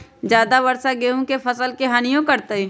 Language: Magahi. ज्यादा वर्षा गेंहू के फसल के हानियों करतै?